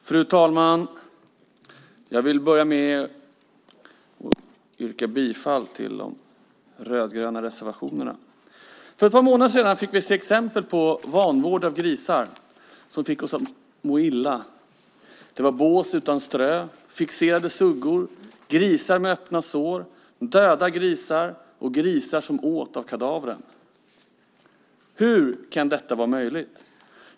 Fru talman! Jag vill börja med att yrka bifall till de rödgröna reservationerna. För ett par månader sedan fick vi se exempel på vanvård av grisar som fick oss att må illa. Det var bås utan strö, fixerade suggor, grisar med öppna sår, döda grisar och grisar som åt av kadavren. Hur kan detta vara möjligt?